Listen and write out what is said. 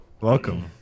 welcome